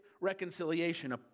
reconciliation